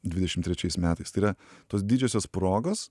dvidešim trečiais metais tai yra tos didžiosios progos